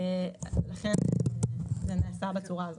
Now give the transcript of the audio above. לכן זה נעשה בצורה הזאת.